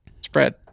spread